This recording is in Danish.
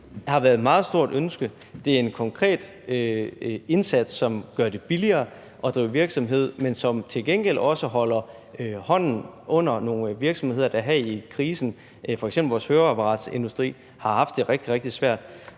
Det har været et meget stort ønske. Det er en konkret indsats, som gør det billigere at drive virksomhed, men som til gengæld også holder hånden under nogle virksomheder, der her i krisen – f.eks. vores høreapparatsindustri – har haft det rigtig, rigtig svært.